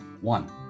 One